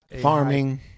farming